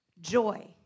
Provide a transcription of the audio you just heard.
joy